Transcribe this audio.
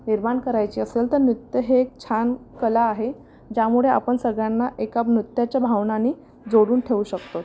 निर्माण करायची असेल तर नृत्य ही एक छान कला आहे ज्यामुळे आपण सगळ्यांना एका नृत्याच्या भावनांनी जोडून ठेऊ शकतो